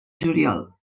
juliol